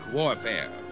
warfare